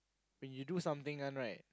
when you do something one right